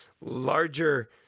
larger